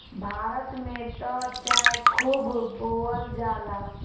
भारत में त चाय खूब बोअल जाला